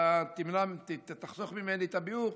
אתה תחסוך ממני את הביאור.